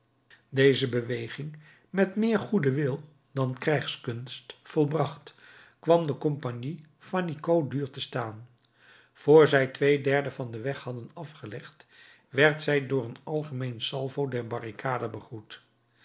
deze beweging met meer goeden wil dan krijgskunst volbracht kwam de compagnie fannicot duur te staan vr zij twee derde van den weg had afgelegd werd zij door een algemeen salvo der barricade begroet